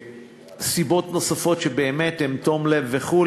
סיבות נוספות שבאמת הן תום לב וכו',